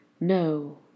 No